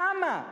כמה?